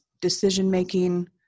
decision-making